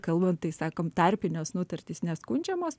kalbant tai sakom tarpinės nutartys neskundžiamos